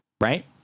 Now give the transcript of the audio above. right